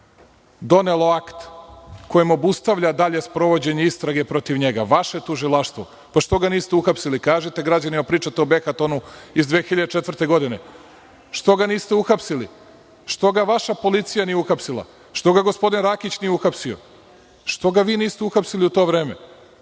donelo akt kojem obustavlja dalje sprovođenje istrage protiv njega. Vaše tužilaštvo. Što ga niste uhapsili? Kažite to građanima. Pričate o „Behatonu“ iz 2004. godine. Što ga niste uhapsili? Što ga vaša policija nije uhapsila? Što ga gospodin Rakić nije uhapsio? Što ga vi niste uhapsili u to vreme?